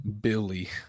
Billy